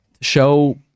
show